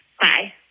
Bye